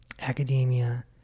academia